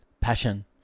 Passion